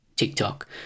TikTok